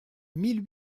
mille